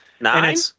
Nine